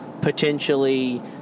potentially